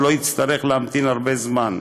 ולא יצטרך להמתין הרבה זמן.